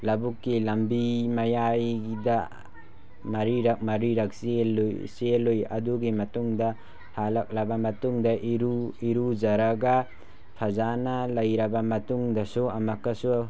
ꯂꯧꯕꯨꯛꯀꯤ ꯂꯝꯕꯤ ꯃꯌꯥꯏꯗ ꯃꯔꯤꯔꯛ ꯃꯔꯤꯔꯛ ꯆꯦꯜꯂꯨꯏ ꯑꯗꯨꯒꯤ ꯃꯇꯨꯡꯗ ꯍꯜꯂꯛꯂꯕ ꯃꯇꯨꯡꯗ ꯏꯔꯨꯖꯔꯒ ꯐꯖꯅ ꯂꯩꯔꯕ ꯃꯇꯨꯡꯗꯁꯨ ꯑꯃꯨꯛꯀꯁꯨ